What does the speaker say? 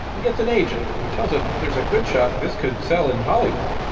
he gets an agent, who tells him there's a good shot this could sell in hollywood.